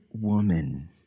woman